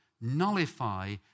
nullify